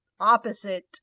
opposite